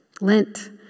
Lent